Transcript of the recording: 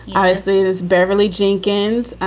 i said, beverly jenkins,